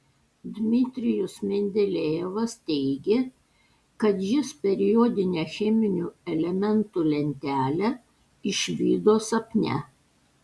dmitrijus mendelejevas teigė kad jis periodinę cheminių elementų lentelę išvydo sapne